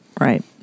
Right